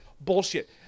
Bullshit